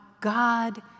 God